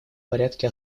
порядке